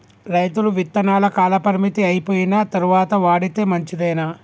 రైతులు విత్తనాల కాలపరిమితి అయిపోయిన తరువాత వాడితే మంచిదేనా?